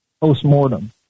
post-mortem